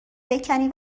بکنی